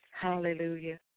Hallelujah